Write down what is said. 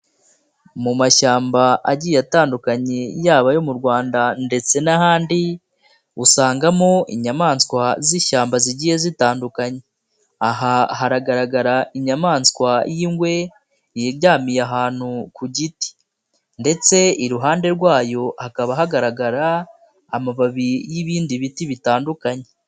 Mu mashyamba agiye atandukanye yaba yo mu Rwanda ndetse n'ahandi usangamo inyamaswa z'ishyamba zigiye zitandukanye, aha hagaragara inyamaswa y'ingwe yiryamiye ahantu ku giti ndetse iruhande rwayo hakaba hagaragara amababi y'ibindi biti bitandukanye.